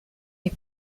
est